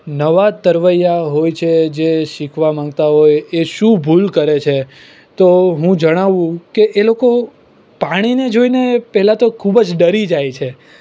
નવા તરવૈયા હોય છે જે શીખવા માગતા હોય એ શું ભૂલ કરે છે તો હું જણાવું કે એ લોકો પાણીને જોઈને પહેલાં તો ખૂબ જ ડરી જાય છે